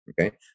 Okay